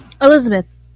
Elizabeth